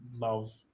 love